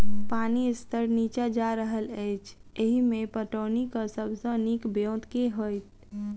पानि स्तर नीचा जा रहल अछि, एहिमे पटौनीक सब सऽ नीक ब्योंत केँ होइत?